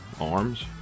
Arms